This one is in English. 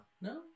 no